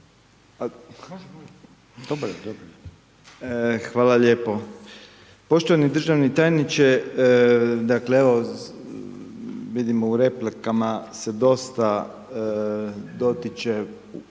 (MOST)** Hvala lijepo. Poštovani državni tajniče, dakle, evo, vidimo u replikama se dosta dotiče